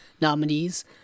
nominees